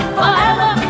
forever